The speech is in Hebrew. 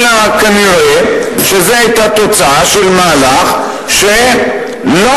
אלא כנראה זאת היתה תוצאה של מהלך שלא